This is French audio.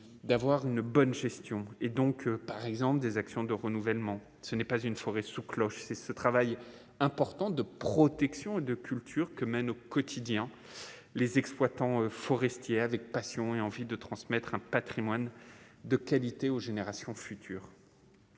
d'avoir une bonne gestion et donc, par exemple, des actions de renouvellement, ce n'est pas une soirée sous cloche, c'est ce travail important de protection et de culture que mène au quotidien les exploitants forestiers avec passion et envie de transmettre un Patrimoine de qualité aux générations futures,